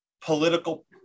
political